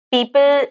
People